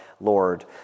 Lord